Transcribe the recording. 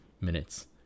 minutes